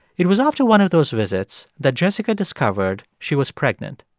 it was after one of those visits that jessica discovered she was pregnant.